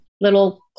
little